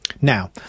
Now